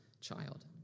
child